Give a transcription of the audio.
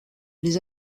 les